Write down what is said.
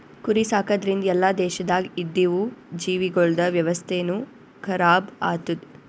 ಕುರಿ ಸಾಕದ್ರಿಂದ್ ಎಲ್ಲಾ ದೇಶದಾಗ್ ಇದ್ದಿವು ಜೀವಿಗೊಳ್ದ ವ್ಯವಸ್ಥೆನು ಖರಾಬ್ ಆತ್ತುದ್